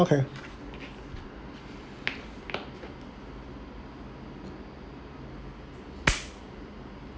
okay